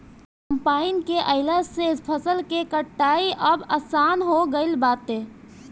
combine के आइला से फसल के कटाई अब आसान हो गईल बाटे